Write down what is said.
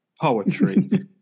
Poetry